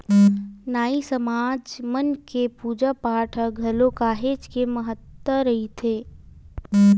नाई समाज मन के पूजा पाठ म घलो काहेच के महत्ता रहिथे